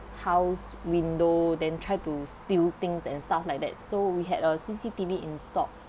house window then try to steal things and stuff like that so we had a C_C_T_V installed